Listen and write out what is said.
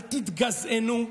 אל תתגזענו.